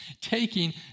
taking